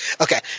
Okay